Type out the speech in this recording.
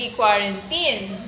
quarantine